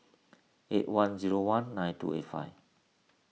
eight one zero one nine two eight five